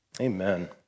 Amen